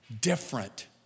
different